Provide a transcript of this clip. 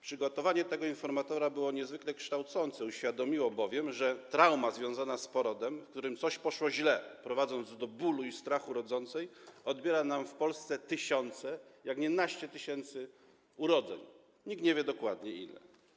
Przygotowanie tego informatora było niezwykle kształcące, uświadomiło bowiem, że trauma związana z porodem, w którym coś poszło źle, prowadząc do bólu i strachu rodzącej, odbiera nam w Polsce tysiące, jeśli nie naście tysięcy, urodzeń, nikt nie wie dokładnie ile.